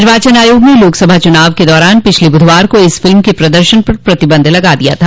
निर्वाचन आयोग ने लोकसभा चुनाव के दौरान पिछले बुधवार को इस फिल्म के प्रदर्शन पर प्रतिबंध लगा दिया था